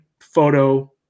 photo